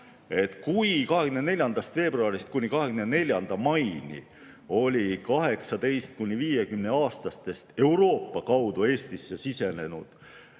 Kui 24. veebruarist kuni 24. maini oli 18–50‑aastastest Euroopa kaudu Eestisse sisenenud